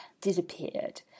disappeared